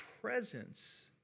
presence